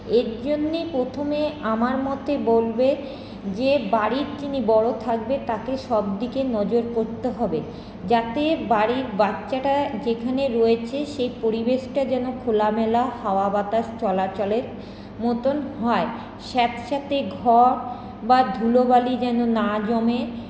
এর জন্যে প্রথমে আমার মতে বলবে যে বাড়ির যিনি বড়ো থাকবে তাকে সবদিকে নজর করতে হবে যাতে বাড়ির বাচ্চাটা যেখানে রয়েছে সেই পরিবেশটা যেন খোলামেলা হাওয়া বাতাস চলাচলের মতোন হয় স্যাঁতস্যাঁতে ঘর বা ধুলোবালি যেন না জমে